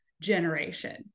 generation